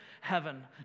heaven